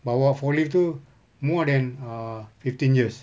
bawa forklift tu more than uh fifteen years